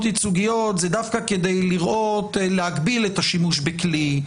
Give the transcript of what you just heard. ייצוגיות זה דווקא כדי להגביל את השימוש בכלי,